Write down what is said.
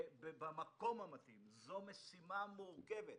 במקום המתאים זו משימה מורכבת.